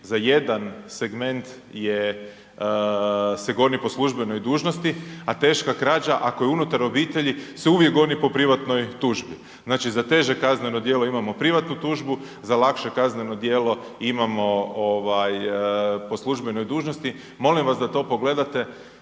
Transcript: za jedan segment je, se goni po službenoj dužnosti, a teška krađa ako je unutar obitelji se uvijek goni po privatnoj tužbi. Znači za teže kazneno djelo imamo privatnu tužbu, za lakše kazneno djelo imamo ovaj, po službenoj dužnosti, molim vas da to pogledate,